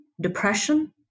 depression